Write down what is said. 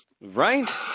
Right